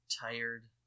Tired